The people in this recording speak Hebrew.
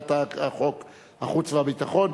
ועדת החוץ והביטחון.